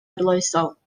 arloesol